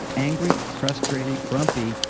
angry, frustrated, grumpy,